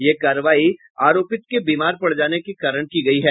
यह कारवाई आरोपित के बीमार पड़ जाने के कारण की गयी है